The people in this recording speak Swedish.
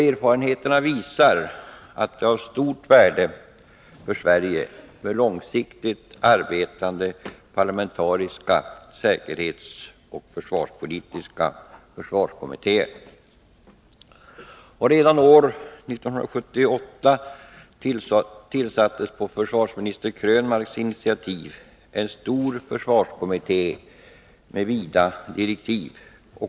Erfarenheterna visar att det är av stort värde för Sverige med långsiktigt arbetande parlamentariska säkerhetsoch försvarspolitiska kommittéer. Redan år 1978 tillsattes på försvarsminister Krönmarks initiativ en stor försvarskommitté med vida direktiv.